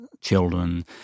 children